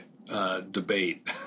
Debate